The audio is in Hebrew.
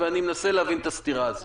ואני מנסה להבין את הסתירה הזאת.